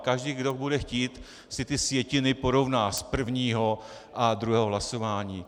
Každý, kdo bude chtít, si ty sjetiny porovná, z prvního a druhého hlasování.